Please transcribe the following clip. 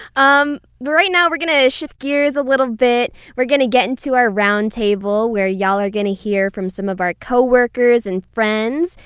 um right now, we're going to shift gears a little bit. we're gonna get into our roundtable where y'all are gonna hear from some of our coworkers and friends,